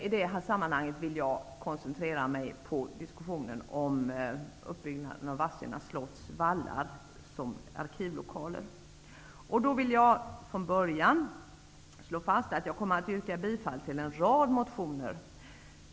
I det sammanhanget koncentrerar jag mig på diskussionen om uppbyggnaden av Först och främst vill jag slå fast att jag kommer att yrka bifall till en rad motioner.